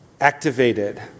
activated